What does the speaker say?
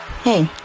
Hey